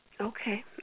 Okay